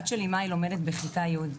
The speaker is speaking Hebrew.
ביתי מאי לומדת בכיתה י'.